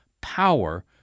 power